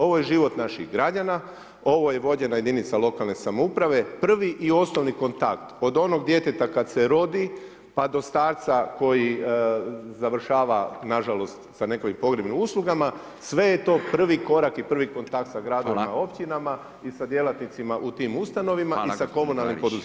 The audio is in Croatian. Ovo je život naših građana, ovo je vođena jedinca lokalne samouprave, prvi i osnovni kontakt, od onog djeteta kad se rodi pa do starca koji završava, nažalost sa nekojim pogrebnim uslugama, sve je to prvi korak i prvi kontakt sa gradovima i općinama i sa djelatnicima u tim ustanovama i sa komunalnim poduzećima.